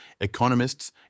economists